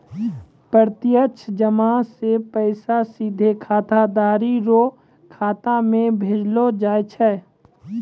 प्रत्यक्ष जमा से पैसा सीधे खाताधारी रो खाता मे भेजलो जाय छै